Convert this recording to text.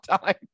time